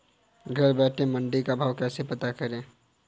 घर बैठे मंडी का भाव कैसे पता करें?